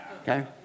okay